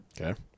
Okay